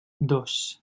dos